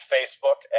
Facebook